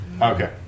Okay